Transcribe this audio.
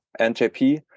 NJP